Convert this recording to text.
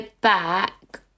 back